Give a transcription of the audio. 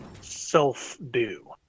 self-do